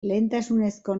lehentasunezko